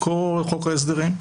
בכל חוק ההסדרים,